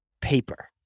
paper